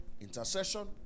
intercession